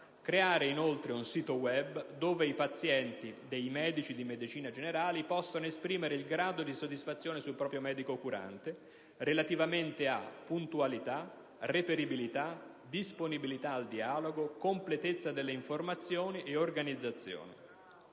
creare un sito web ove i pazienti dei Medici di Medicina Generale possano esprimere il grado di soddisfazione sul proprio MMG, relativamente a puntualità, reperibilità, disponibilità al dialogo, completezza delle informazioni, organizzazione;